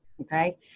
Okay